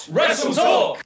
WrestleTalk